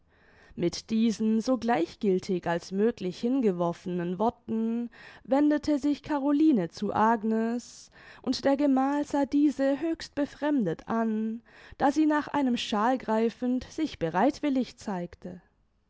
mit diesen so gleichgiltig als möglich hingeworfenen worten wendete sich caroline zu agnes und der gemal sah diese höchst befremdet an da sie nach einem shawl greifend sich bereitwillig zeigte